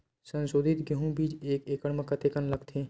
संसोधित गेहूं बीज एक एकड़ म कतेकन लगथे?